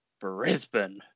Brisbane